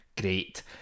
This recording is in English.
Great